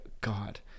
god